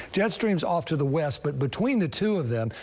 jet stream off to the west, but between the two of them,